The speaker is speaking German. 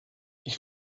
ich